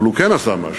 אבל הוא כן עשה משהו,